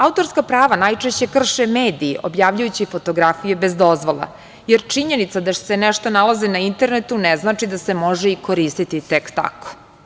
Autorska prava najčešće krše mediji objavljujući fotografije bez dozvole, jer činjenica da se nešto nalazi na internetu ne znači da se može i koristiti tek tako.